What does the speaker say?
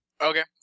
Okay